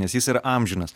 nes jis yra amžinas